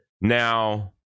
now